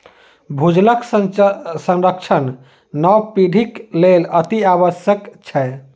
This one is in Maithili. भूजलक संरक्षण नव पीढ़ीक लेल अतिआवश्यक छै